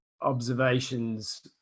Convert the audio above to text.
observations